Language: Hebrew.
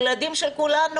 הם הילדים של כולנו.